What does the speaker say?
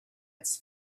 its